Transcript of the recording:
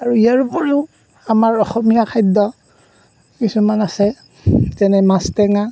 আৰু ইয়াৰ উপৰিও আমাৰ অসমীয়া খাদ্য কিছুমান আছে যেনে মাছটেঙা